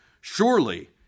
Surely